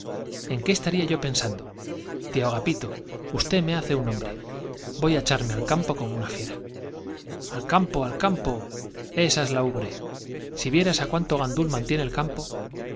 en qué estaría yo pensando tío agapito usted me hace un hombre voy á echarme al campo como una fiera al esa la ubi e j al campo si es j campo vieras á cuánto gandul mantiene el campo